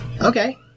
okay